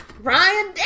ryan